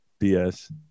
BS